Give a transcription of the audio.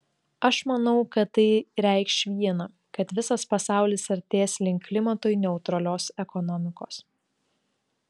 aš manau kad tai reikš viena kad visas pasaulis artės link klimatui neutralios ekonomikos